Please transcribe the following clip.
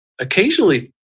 occasionally